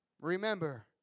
Remember